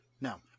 Now